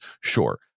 Sure